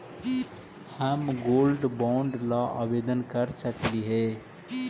हम gold bond ला आवेदन कर सकली हे?